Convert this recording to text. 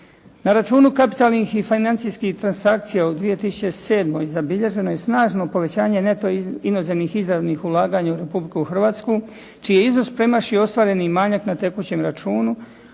Na računu kapitalnih i financijskih transakcija u 2007. zabilježeno je snažno povećanje neto inozemnih izravnih ulaganja u Republiku Hrvatsku čiji je iznos premašio ostvareni manjak na tekućem računu,